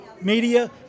media